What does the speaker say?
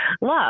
love